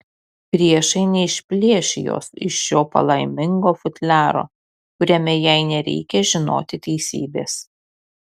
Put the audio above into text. priešai neišplėš jos iš šio palaimingo futliaro kuriame jai nereikia žinoti teisybės